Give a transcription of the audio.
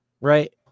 right